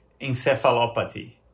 encephalopathy